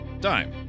Time